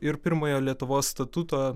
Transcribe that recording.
ir pirmojo lietuvos statuto